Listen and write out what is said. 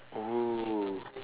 oh